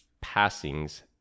passings